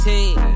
Team